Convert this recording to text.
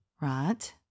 right